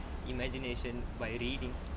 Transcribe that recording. imagination by reading